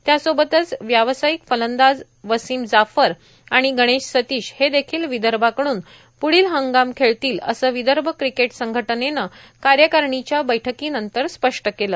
त्यासोबतच व्यावसायिक फलंदाज वसीम जाफर आणि गणेश सतिश हे देखिल विदर्भाकडून प्रदील हंगाम खेळतील असं विदर्भ क्रिकेट संघटनेनं कार्यकारिणीच्या बैठकीनंतर स्पष्ट केलं